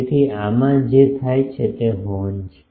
તેથી આમાં જે થાય છે તે હોર્ન છે